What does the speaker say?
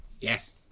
Yes